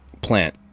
plant